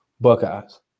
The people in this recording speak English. Buckeye's